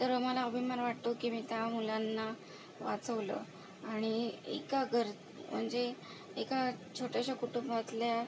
तर मला अभिमान वाटतो की मी त्या मुलांना वाचवलं आणि एका घर म्हणजे एका छोट्याशा कुटुंबातल्या